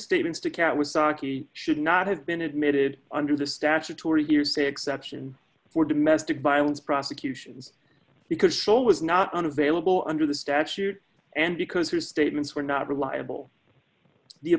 statements to kat was saki should not have been admitted under the statutory hearsay exception for domestic violence prosecutions because so was not unavailable under the statute and because her statements were not reliable the